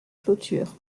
clôtures